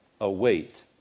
await